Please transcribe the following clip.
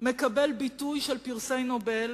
מקבל ביטוי של פרסי נובל,